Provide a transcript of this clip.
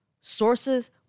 Sources